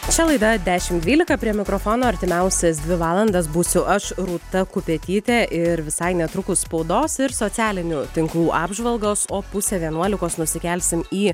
čia laida dešimt dvylika prie mikrofono artimiausias dvi valandas būsiu aš rūta kupetytė ir visai netrukus spaudos ir socialinių tinklų apžvalgos o pusę vienuolikos nusikelsim į